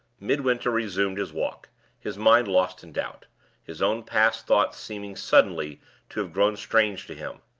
midwinter resumed his walk his mind lost in doubt his own past thoughts seeming suddenly to have grown strange to him.